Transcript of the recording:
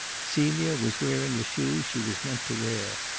celia was wearing the shoes she was meant to wear.